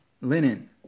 linen